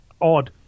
odd